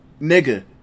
nigga